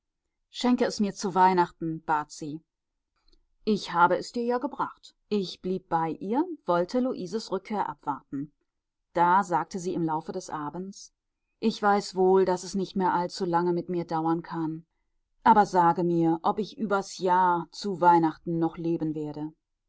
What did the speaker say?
schenke es mir zu weihnachten bat sie ich habe es dir ja gebracht ich blieb bei ihr wollte luises rückkehr abwarten da sagte sie im laufe des abends ich weiß wohl daß es nicht mehr allzu lange mit mir dauern kann aber sage mir ob ich übers jahr zu weihnachten noch leben werde